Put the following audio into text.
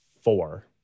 four